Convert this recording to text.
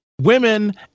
Women